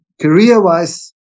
career-wise